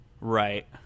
right